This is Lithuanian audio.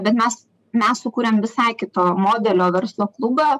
bet mes mes sukurėm visai kito modelio verslo klubą